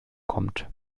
kommt